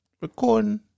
recording